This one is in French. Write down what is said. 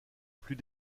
plus